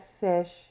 Fish